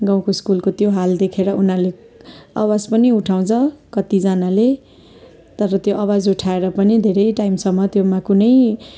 गाउँको स्कुलको त्यो हाल देखेर उनीहरूले आवाज पनि उठाउँछ कत्तिजनाले तर त्यो आवाज उठाएर पनि धेरै टाइमसम्म त्यसमा कुनै